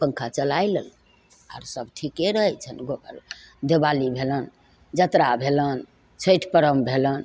पङ्खा चलाय लेलहुँ आर सब ठीके रहय छनि गाँव घरमे दीवाली भेलनि जतरा भेलनि छैठ पर्व भेलनि